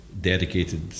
dedicated